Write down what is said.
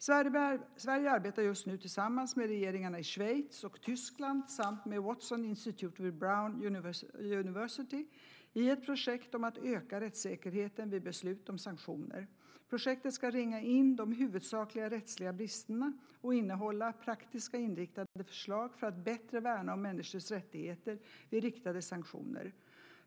Sverige arbetar just nu tillsammans med regeringarna i Schweiz och Tyskland samt med Watson Institute vid Brown University i ett projekt om att öka rättssäkerheten vid beslut om sanktioner. Projektet ska ringa in de huvudsakliga rättsliga bristerna och innehålla praktiskt inriktade förslag för att bättre värna om mänskliga rättigheter vid riktade sanktioner.